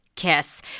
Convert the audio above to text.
kiss